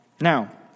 Now